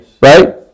right